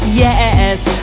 yes